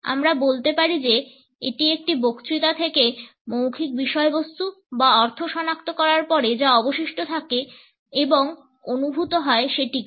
আমরা বলতে পারি যে এটি একটি বক্তৃতা থেকে মৌখিক বিষয়বস্তু বা অর্থ সনাক্ত করার পরে যা অবশিষ্ট থাকে এবং অনুভূত হয় সেটিকে